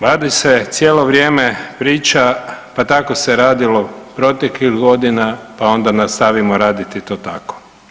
Vlada cijelo vrijeme priča pa tako se radilo proteklih godina, pa onda nastavimo raditi to tako.